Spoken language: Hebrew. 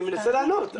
אני מנסה לענות.